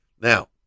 Now